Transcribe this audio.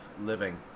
living